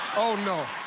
oh, no.